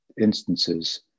instances